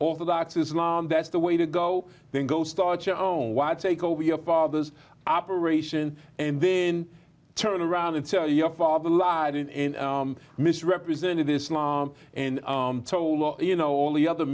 orthodox islam that's the way to go then go start your own wild take over your father's operation and then turn around and sell your father lied in misrepresented islam and you know all the other